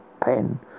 pen